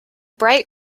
bright